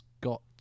got